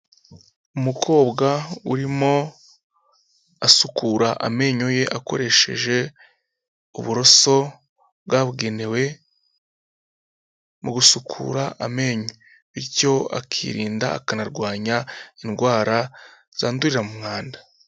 Umukobwa urimo asukura amenyo ye akoresheje uburoso bwabugenewe mu gusukura amenyo. Bityo akirinda akanarwanya indwara zandurira mu mwanda.